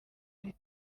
iri